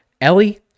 Ellie